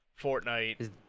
Fortnite